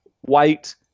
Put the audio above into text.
white